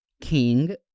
King